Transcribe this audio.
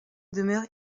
demeure